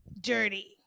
dirty